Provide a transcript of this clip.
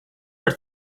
are